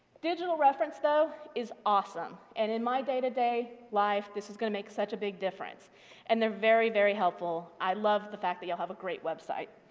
digital reference though is awesome and in my day-to-day life, this is going to make such a big difference and they're very, very helpful. i love the fact that you will have a great website.